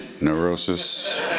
Neurosis